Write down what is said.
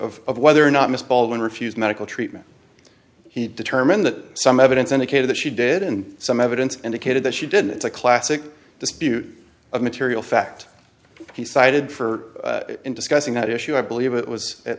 issue of whether or not miss baldwin refuse medical treatment he determined that some evidence indicated that she did and some evidence indicated that she did it's a classic dispute of material fact he cited for in discussing that issue i believe it was at